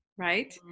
Right